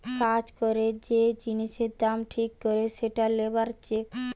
কাজ করে যে জিনিসের দাম ঠিক করে সেটা লেবার চেক